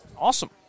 Awesome